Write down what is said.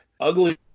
ugly